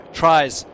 tries